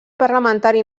parlamentari